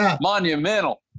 monumental